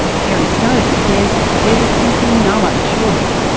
kerri snowdon says there was simply no other choice.